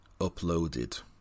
uploaded